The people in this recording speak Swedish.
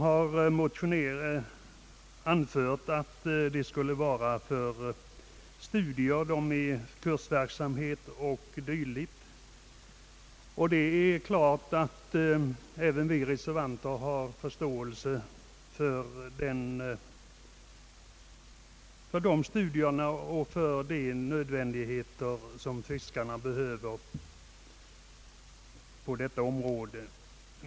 I motionen anföres att pengarna skall användas för studier, kursverksamhet och dylikt. Det är klart att även vi reservanter har förståelse för att man också inom fiskerinäringen behöver en studieverksamhet.